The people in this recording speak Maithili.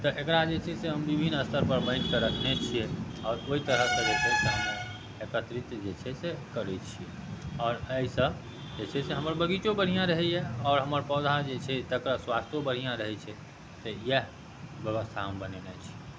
तऽ एकरा जे छै से हम विभिन्न स्तरपर बाँटिके रखने छिए आओर ओहि तरहसँ जे छै हम एकत्रित जे छै से करै छिए आओर एहिसँ जे छै से हमर बगीचो बढ़िआँ रहैए आओर हमर पौधा जे छै तकर स्वास्थो बढ़िआँ रहै छै तऽ इएह बेबस्था हम बनेने छी